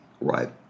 right